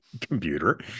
computer